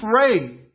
pray